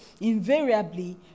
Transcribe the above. invariably